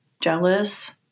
jealous